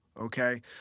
okay